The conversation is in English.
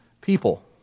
people